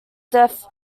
death